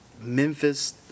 Memphis